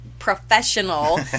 Professional